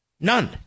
None